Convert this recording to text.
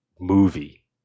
movie